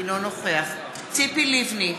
אינו נוכח ציפי לבני,